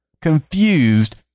confused